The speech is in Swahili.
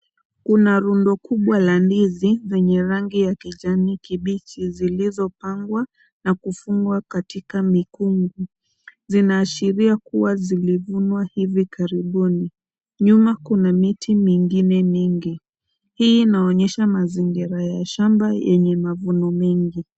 Kuna rundo kubwa la ndizi zenye rangi ya kijani kibichi zilizopangwa na kufungwa katika mikungu . Zinaashiria kuwa zilivunwa hivi karibuni. Nyuma kuna miti mingine mingi. Hii inaonyesha mazingira ya shamba yenye mavuno mengi.